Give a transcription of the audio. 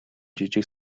жижиг